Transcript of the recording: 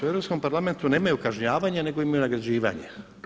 U Europskom parlamentu nemaju kažnjavanja nego imaju nagrađivanje.